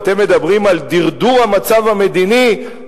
ואתם מדברים על דרדור המצב המדיני,